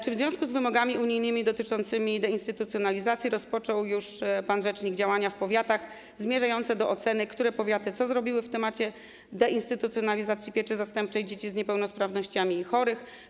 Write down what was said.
Czy w związku z wymogami unijnymi dotyczącymi deinstytucjonalizacji rozpoczął już pan rzecznik działania w powiatach zmierzające do oceny, które powiaty co zrobiły w temacie deinstytucjonalizacji pieczy zastępczej dla dzieci z niepełnosprawnościami i chorych?